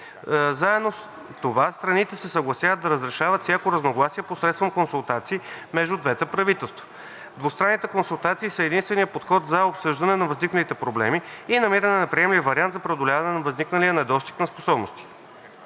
Заедно с това страните се съгласяват да разрешават всяко разногласие посредством консултации между двете правителства. Двустранните консултации са единственият подход за обсъждане на възникналите проблеми и намиране на приемлив вариант за преодоляване на възникналия недостиг на способности.